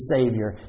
Savior